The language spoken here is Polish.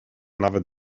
nawet